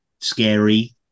scary